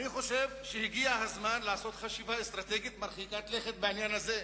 אני חושב שהגיע הזמן לעשות חשיבה אסטרטגית מרחיקת לכת בעניין הזה,